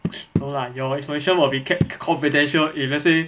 no lah your information will be kept confidential if let's say